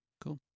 Cool